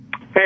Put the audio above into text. Hey